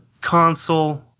console